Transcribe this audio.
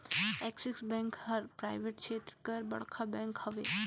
axis bank हर private छेत्र कर बड़खा बेंक हवे